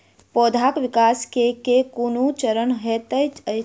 पौधाक विकास केँ केँ कुन चरण हएत अछि?